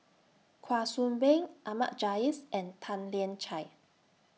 Kwa Soon Bee Ahmad Jais and Tan Lian Chye